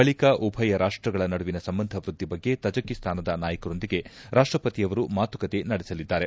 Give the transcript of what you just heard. ಬಳಿಕ ಉಭಯ ರಾಷ್ಷಗಳ ನಡುವಿನ ಸಂಬಂಧ ವೃದ್ದಿ ಬಗ್ಗೆ ತಜಕಿಸ್ತಾನದ ನಾಯಕರೊಂದಿಗೆ ರಾಷ್ಷಪತಿ ಅವರು ಮಾತುಕತೆ ನಡೆಸಲಿದ್ದಾರೆ